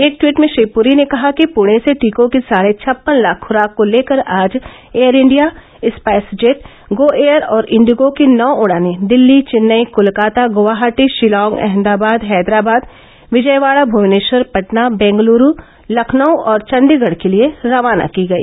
एक टवीट में श्री परी ने कहा कि पणे से टीकों की साढ़े छप्पन लाख खुराक को लेकर आज एयरइंडिया स्पाइसजेट गो एयर और इंडिगो की नौ उड़ानें दिल्ली चेन्नई कोलकाता गुवाहाटी शिलांग अहमदाबाद हैदराबाद विजयवाड़ा भुवनेश्वर पटना बेंगलुरू लखनऊ और चंडीगढ़ के लिए रवाना की गई